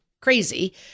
crazy